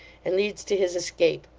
and leads to his escape.